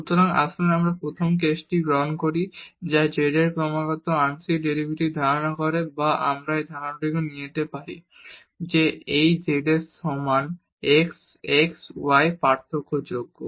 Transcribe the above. সুতরাং আসুন আমরা প্রথম কেসটি গ্রহণ করি যা z এর ক্রমাগত আংশিক ডেরিভেটিভস ধারণ করে বা আমরা এই ধারণাটিও নিতে পারি যে এই z এর সমান x x y পার্থক্যযোগ্য